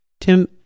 Tim